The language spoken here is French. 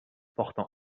portant